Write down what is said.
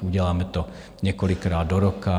Uděláme to několikrát do roka.